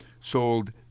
sold